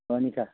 এনিশা